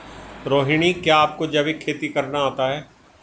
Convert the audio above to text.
रोहिणी, क्या आपको जैविक खेती करना आता है?